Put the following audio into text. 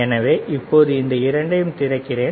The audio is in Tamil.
எனவே இப்போது இந்த இரண்டையும் திறக்கிறேன்